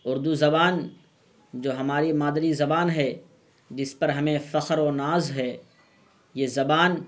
اردو زبان جو ہماری مادری زبان ہے جس پر ہمیں فخر و ناز ہے یہ زبان